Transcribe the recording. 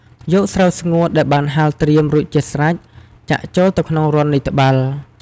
យកស្រូវស្ងួតដែលបានហាលត្រៀមរួចជាស្រេច ចាក់ចូលទៅក្នុងរន្ធនៃត្បាល់។